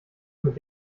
mit